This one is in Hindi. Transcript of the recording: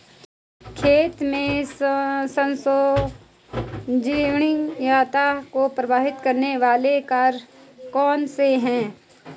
खेती में संपोषणीयता को प्रभावित करने वाले कारक कौन से हैं?